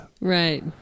Right